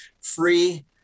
Free